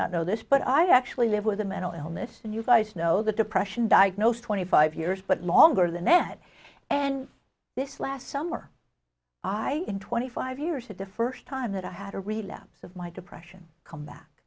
not know this but i actually live with a mental illness and you guys know that depression diagnosed twenty five years but longer than that and this last summer i in twenty five years to defer time that i had a relapse of my depression come back